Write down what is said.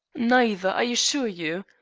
neither, i assure you.